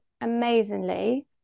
amazingly